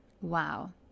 Wow